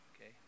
okay